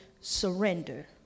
surrender